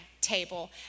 table